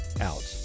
out